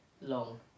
Long